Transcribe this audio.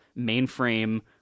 mainframe